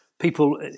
People